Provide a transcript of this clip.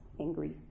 angry